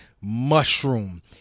mushroom